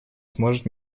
сможет